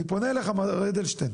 אני פונה אליך, מר אדלשטיין,